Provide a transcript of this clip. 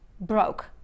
Broke